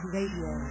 Radio